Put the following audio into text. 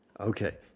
Okay